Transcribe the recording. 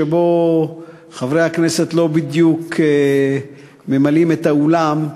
שבו חברי הכנסת לא בדיוק ממלאים את האולם.